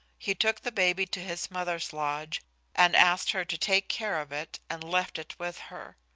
he took the baby to his mother's lodge and asked her to take care of it and left it with her.